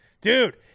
Dude